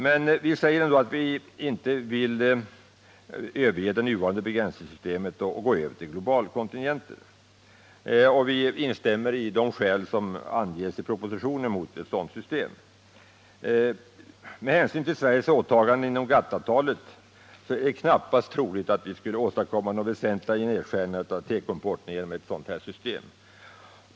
Vi vill emellertid inte överge dét nuvarande begränsningssystemet och övergå till globalkontingenter. Vidare instämmer vi i de skäl som i propositionen anförs mot ett sådant system. Med hänsyn till Sveriges åtaganden inom GATT-avtalet är det knappast troligt att vi skulle kunna åstadkomma några väsentliga nedskärningar av tekoimporten genom införandet av ett sådant här system.